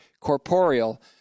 corporeal